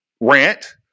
rant